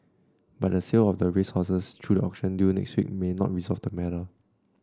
but the sale of the racehorses through the auction due next week may not resolve the matter